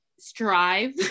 strive